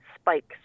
spikes